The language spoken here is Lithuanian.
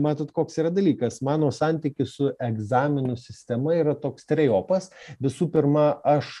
matot koks yra dalykas mano santykis su egzaminų sistema yra toks trejopas visų pirma aš